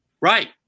Right